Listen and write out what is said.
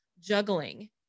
juggling